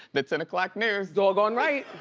the ten o'clock news. doggone right,